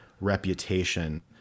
reputation